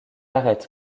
arrête